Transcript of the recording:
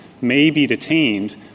may-be-detained